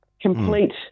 complete